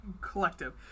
collective